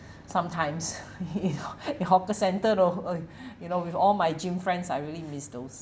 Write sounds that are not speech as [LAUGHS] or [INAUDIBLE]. [BREATH] sometimes [LAUGHS] [BREATH] in hawker centre you know !oi! [BREATH] you know with all my gym friends I really miss those